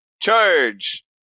Charge